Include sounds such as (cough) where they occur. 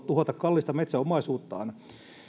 (unintelligible) tuhota kallista metsäomaisuuttaan